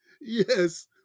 Yes